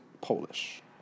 Polish